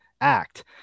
act